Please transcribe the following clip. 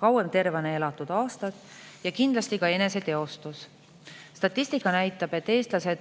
kauem tervena elatud aastad ja kindlasti ka eneseteostus. Statistika näitab, et eestlased